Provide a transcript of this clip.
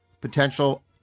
potential